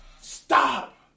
Stop